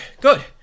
good